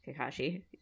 kakashi